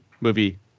movie